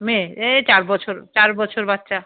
মেয়ের এই চার বছর চার বছর বাচ্চা